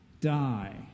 die